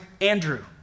Andrew